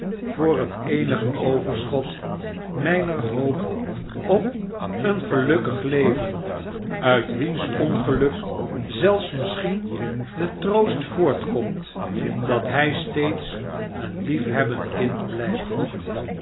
voor het eenige overschot mijner hoop op een gelukkig leven uit wiens ongeluk zelfs misschien de troost voortkomt dat hij steeds een liefhebbend kind blijft